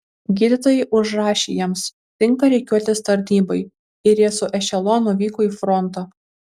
gydytojai užrašė jiems tinka rikiuotės tarnybai ir jie su ešelonu vyko į frontą